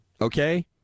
Okay